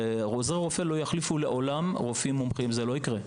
עוזרי רופא לא יחליפו לעולם רופאים מומחים זה לא יקרה.